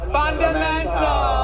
Fundamental